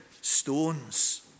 stones